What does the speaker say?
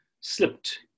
slipped